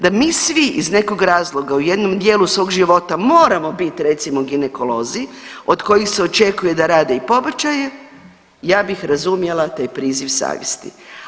Da mi svi iz nekog razloga u jednom dijelu svog života moramo bit recimo ginekolozi od kojih se očekuje da rade i pobačaje ja bih razumjela taj priziv savjesti.